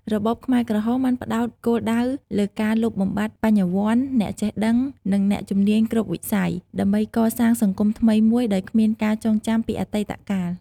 របបខ្មែរក្រហមបានផ្តោតគោលដៅលើការលុបបំបាត់បញ្ញវន្ត អ្នកចេះដឹង និងអ្នកជំនាញគ្រប់វិស័យ ដើម្បីកសាងសង្គមថ្មីមួយដោយគ្មានការចងចាំពីអតីតកាល។